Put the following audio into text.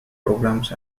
programs